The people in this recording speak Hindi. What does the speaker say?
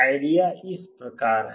आईडिया इस प्रकार है